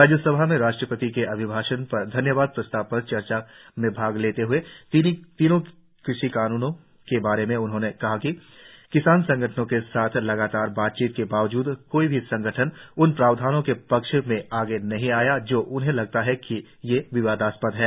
राज्यसभा में राष्ट्रपति के अभिभाषण पर धन्यवाद प्रस्ताव पर चर्चा में भाग लेते हए तीनों कृषि कान्नों के बारे में उन्होंने कहा कि किसान संगठनों के साथ लगातार बातचीत के बावजूद कोई भी संगठन उन प्रावधानों के पक्ष में आगे नहीं आया जो उन्हें लगता है कि ये विवादास्पद हैं